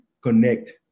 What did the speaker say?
connect